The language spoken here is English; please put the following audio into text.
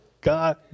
God